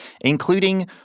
including